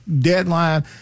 deadline